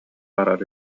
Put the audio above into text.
барар